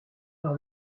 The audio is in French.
par